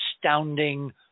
astounding